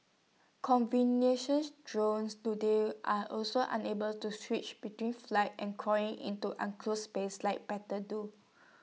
conventional drones today are also unable to switch between flight and crawling into enclosed spaces like battle do